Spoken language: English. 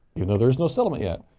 yeah though there is no settlement yet.